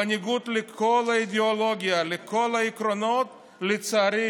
בניגוד לכל האידיאולוגיה, לכל העקרונות, לצערי